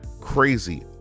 crazy